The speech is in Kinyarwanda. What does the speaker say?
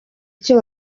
icyo